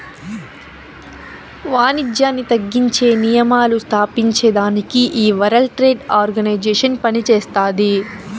వానిజ్యాన్ని తగ్గించే నియమాలు స్తాపించేదానికి ఈ వరల్డ్ ట్రేడ్ ఆర్గనైజేషన్ పనిచేస్తాది